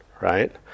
right